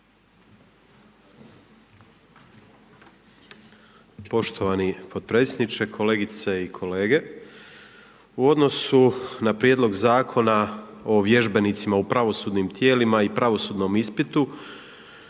Poštovani potpredsjedniče, kolegice i kolege. U odnosu na prijedlog Zakona o vježbenicima u pravosudnim tijelima i pravosudnom ispitu